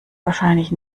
wahrscheinlich